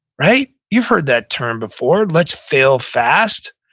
right? you've heard that term before, let's fail fast.